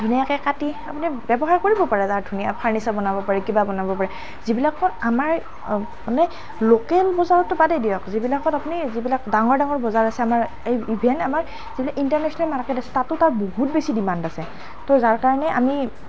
ধুনীয়াকৈ কাটি আপুনি ব্যৱসায় কৰিব পাৰে তাৰ ধুনীয়া ফাৰ্ণিচাৰ বনাব পাৰি কিবা বনাব পাৰি যিবিলাক অকল আমাৰ মানে লোকেল বজাৰততো বাদেই দিয়ক যিবিলাকত আপুনি যিবিলাক ডাঙৰ ডাঙৰ বজাৰ আছে আমাৰ ইভেন আমাৰ যিবিলাক ইণ্টাৰনেচনেল মাৰ্কেট আছে তাতো তাৰ বহুত বেছি ডিমাণ্ড আছে তো যাৰকাৰণে আমি